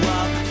up